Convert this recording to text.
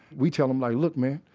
we tell them like, look man,